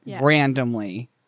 randomly